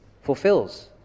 fulfills